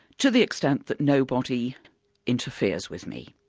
to the extent that nobody interferes with me'.